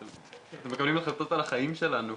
אתם מקבלים החלטות על החיים שלנו,